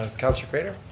ah councillor craitor?